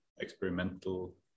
experimental